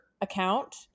account